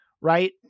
right